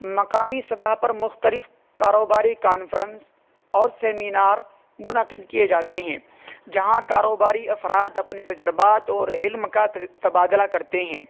مقامی سطح پر مختلف کاروباری کانفرنس اور سیمینار منعقد کئے جاتے ہیں جہاں کاروباری افراد اپنے تجربات اور علم کا تبادلہ کرتے ہیں